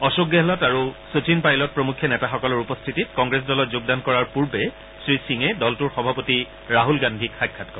অশোক গেহলট আৰু শচীন পাইলট প্ৰমুখ্যে নেতাসকলৰ উপস্থিতিত কংগ্ৰেছ দলত যোগদান কৰাৰ পূৰ্বে শ্ৰী সিঙে দলটোৰ সভাপতি ৰাছল গান্ধীক সাক্ষাৎ কৰে